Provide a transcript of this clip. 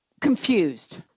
confused